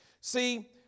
See